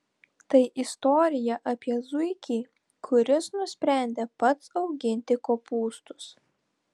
tai istorija apie zuikį kuris nusprendė pats auginti kopūstus